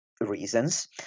reasons